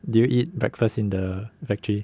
did you eat breakfast in the factory